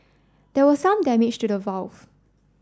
there was some damage to the valve